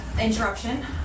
interruption